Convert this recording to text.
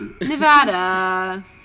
Nevada